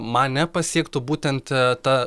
mane pasiektų būtent ta